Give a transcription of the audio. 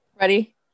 Ready